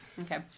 Okay